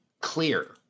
Clear